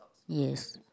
yes